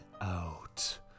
out